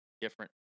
different